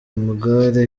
amagare